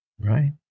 right